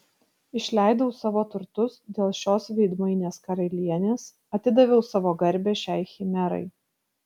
išleidau savo turtus dėl šios veidmainės karalienės atidaviau savo garbę šiai chimerai